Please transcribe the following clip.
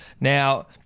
Now